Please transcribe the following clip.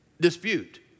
dispute